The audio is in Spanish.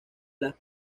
las